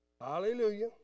Hallelujah